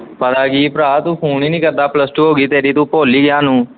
ਪਤਾ ਕੀ ਭਰਾ ਤੂੰ ਫੋਨ ਹੀ ਨਹੀਂ ਕਰਦਾ ਪਲੱਸ ਟੂ ਹੋ ਗਈ ਤੇਰੀ ਤੂੰ ਭੁੱਲ ਹੀ ਗਿਆ ਸਾਨੂੰ